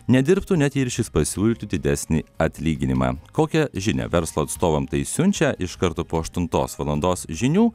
nedirbtų net jei ir šis pasiūlytų didesnį atlyginimą kokią žinią verslo atstovam tai siunčia iš karto po aštuntos valandos žinių